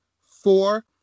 four